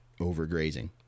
overgrazing